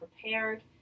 prepared